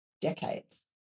decades